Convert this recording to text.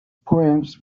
poems